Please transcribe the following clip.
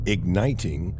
Igniting